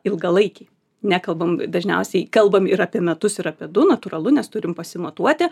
ilgalaikiai nekalbam dažniausiai kalbam ir apie metus ir apie du natūralu nes turim pasimatuoti